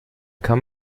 kann